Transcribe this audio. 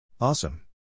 Awesome